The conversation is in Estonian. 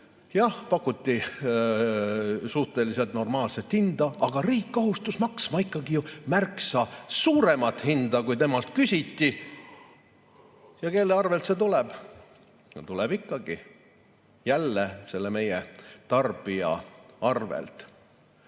Jah, pakuti suhteliselt normaalset hinda, aga riik kohustus maksma ikkagi ju märksa suuremat hinda, kui temalt küsiti. Kelle arvelt see tuleb? Tuleb ikka jälle meie tarbija arvelt.